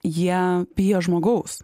jie bijo žmogaus